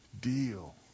deal